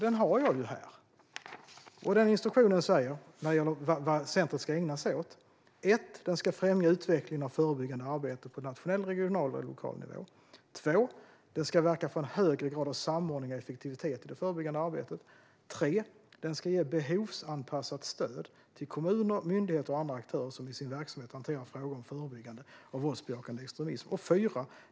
Denna instruktion har jag här. När det gäller vad centrumet ska ägna sig åt säger den följande: Det ska främja utvecklingen av förebyggande arbete på nationell, regional och lokal nivå. Det ska verka för en högre grad av samordning och effektivitet i det förebyggande arbetet. Det ska ge behovsanpassat stöd till kommuner, myndigheter och andra aktörer som i sin verksamhet hanterar frågor om förebyggande av våldsbejakande extremism.